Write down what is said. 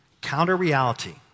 counter-reality